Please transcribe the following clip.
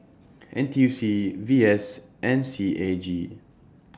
N T U C V S and C A G